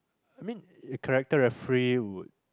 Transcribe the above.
I mean if character referee would